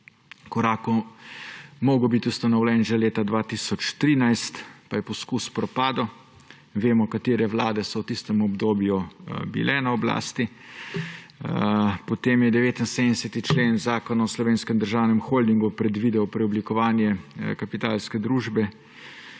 koraku moral biti ustanovljen že leta 2013, pa je poizkus propadel. Vemo, katere vlade so v tistem obdobju bile na oblasti. Potem je 79. člen Zakona o Slovenskem državnem holdingu predvidel preoblikovanje Kapitalske družbe